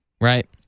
right